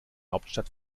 hauptstadt